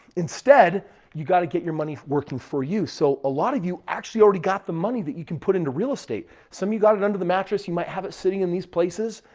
instead you got to get your money working for you. so a lot of you actually already got the money that you can put into real estate. some you got it under the mattress, you might have it sitting in these places.